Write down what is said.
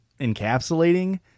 encapsulating